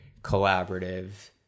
collaborative